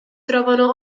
trovano